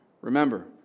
remember